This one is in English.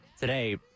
today